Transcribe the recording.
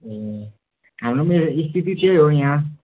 ए हाम्रो ए स्थिति त्यही हो यहाँ